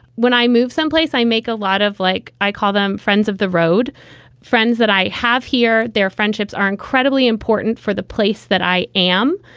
when i moved someplace, i make a lot of like i call them friends of the road friends that i have here. their friendships are incredibly important for the place that i am,